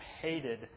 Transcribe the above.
hated